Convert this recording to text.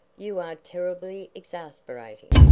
you are terribly exasperating.